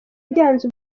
byanze